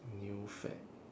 new fad